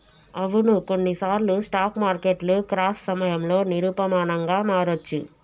అవును కొన్నిసార్లు స్టాక్ మార్కెట్లు క్రాష్ సమయంలో నిరూపమానంగా మారొచ్చు